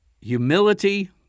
Humility